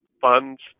funds